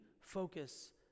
focus